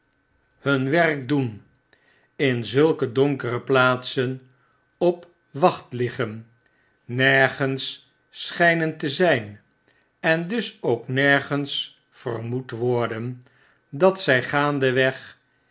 hun werk doen in zulke donkere plaatsen op wacht liggen nergens schflnen te zjjn en dus ook nergens vermoed worden dat z y gaandeweg